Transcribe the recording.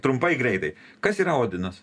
trumpai greitai kas ir odinas